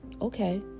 okay